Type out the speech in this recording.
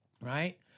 right